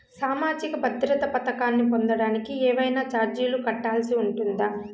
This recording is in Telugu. సామాజిక భద్రత పథకాన్ని పొందడానికి ఏవైనా చార్జీలు కట్టాల్సి ఉంటుందా?